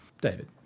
David